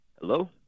Hello